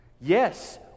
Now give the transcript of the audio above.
Yes